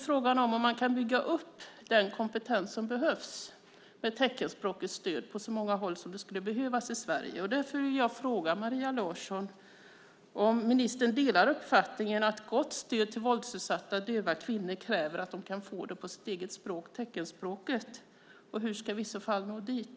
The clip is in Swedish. Frågan är om man kan bygga upp den kompetens som är nödvändig vad gäller teckenspråkigt stöd på alla de ställen där den skulle behövas. Därför vill jag fråga ministern om hon delar uppfattningen att ett gott stöd till våldsutsatta döva kvinnor kräver att de kan få det på sitt eget språk, teckenspråket. Och hur ska vi i så fall nå dit?